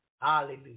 Hallelujah